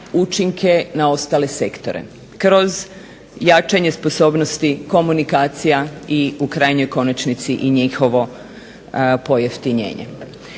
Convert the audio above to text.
učinke na ostale sektore kroz jačanje sposobnosti komunikacija i u krajnjoj konačnici i njihovo pojeftinjenje.